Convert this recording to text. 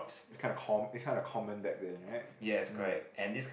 it's kind of com~ it's kind of common back then right mm